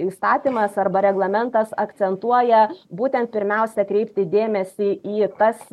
įstatymas arba reglamentas akcentuoja būtent pirmiausia kreipti dėmesį į tas